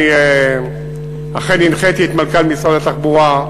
אני אכן הנחיתי את מנכ"ל משרד התחבורה,